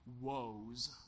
woes